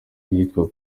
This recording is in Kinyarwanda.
iyitwa